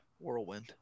Whirlwind